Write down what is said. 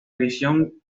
visión